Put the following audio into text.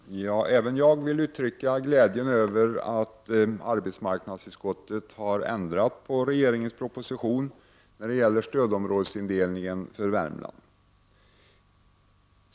Herr talman! Även jag vill uttrycka min glädje över att arbetsmarknadsutskottet har ändrat på propositionen när det gäller stödområdesindelningen i Värmland.